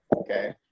Okay